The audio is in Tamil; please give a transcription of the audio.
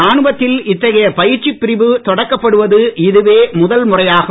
ராணுவத்தில் இத்தகைய பயிற்சிப் பிரிவு தொடக்கப் படுவது இதுவே முதல்முறையாகும்